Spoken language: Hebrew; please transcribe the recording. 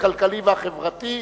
הכלכלי והחברתי.